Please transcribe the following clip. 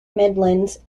midlands